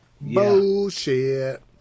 bullshit